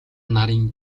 нарын